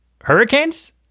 hurricanes